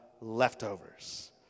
leftovers